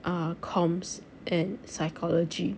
err comms and psychology